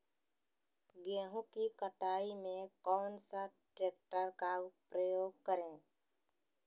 गेंहू की कटाई में कौन सा ट्रैक्टर का प्रयोग करें?